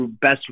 best